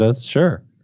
Sure